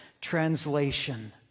translation